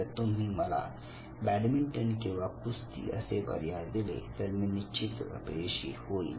जर तुम्ही मला बॅडमिंटन किंवा कुस्ती असे पर्याय दिले तर मी निश्चितच अपयशी होईल